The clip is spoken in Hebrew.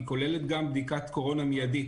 היא כוללת גם בדיקת קורונה מיידית.